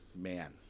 man